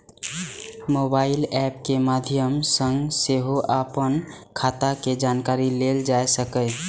mobile app के माध्य सं सेहो अपन खाता के जानकारी लेल जा सकैए